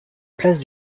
place